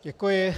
Děkuji.